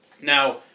Now